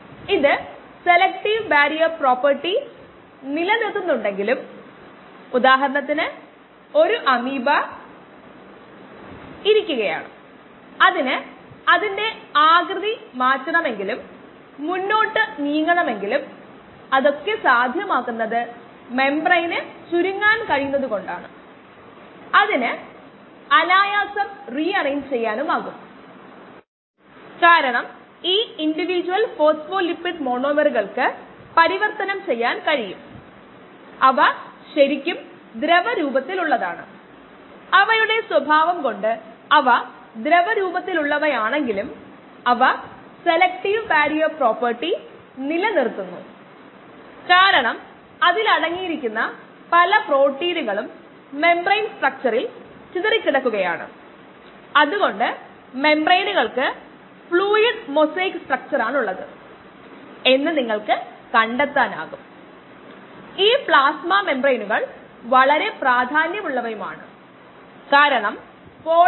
ഈ സാഹചര്യങ്ങളിൽ ഈ ജീവിയുടെ നിർദ്ദിഷ്ട വളർച്ചാ നിരക്ക് 0